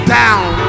down